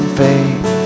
faith